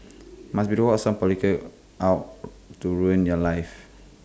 must be the work of some out to ruin your life